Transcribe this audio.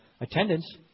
attendance